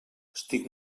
estic